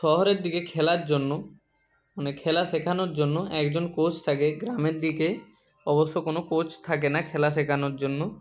শহরের দিকে খেলার জন্য মানে খেলা শেখানোর জন্য একজন কোচ থাকে গ্রামের দিকে অবশ্য কোনও কোচ থাকে না খেলা শেখানোর জন্য